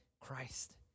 Christ